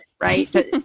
right